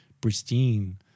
pristine